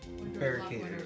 Barricaded